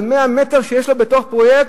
על 100 מטר שיש לו בתוך פרויקט,